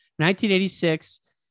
1986